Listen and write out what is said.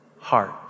Heart